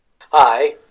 Hi